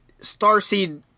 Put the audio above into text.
Starseed